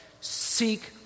seek